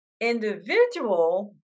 individual